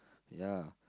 ya